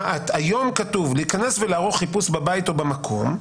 היום כתוב: "להיכנס ולערוך חיפוש בבית או במקום",